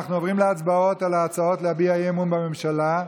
אנחנו עוברים להצבעות על ההצעות להביע אי-אמון בממשלה.